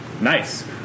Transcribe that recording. Nice